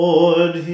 Lord